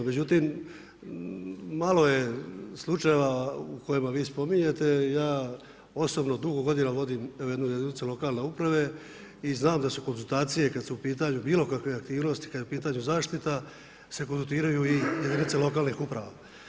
Međutim, malo je slučajeva u kojima vi spominjete, ja osobno dugo godina vodim jednu jedinicu lokalne uprave i znam da su konzultacije kad su u pitanju bilo kakve aktivnosti, kad je u pitanju zaštita se konzultiraju i jedinice lokalnih uprava.